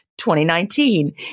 2019